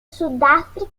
sudáfrica